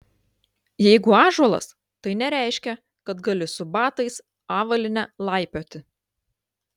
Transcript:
jeigu ąžuolas tai nereiškia kad gali su batais avalyne laipioti